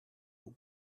but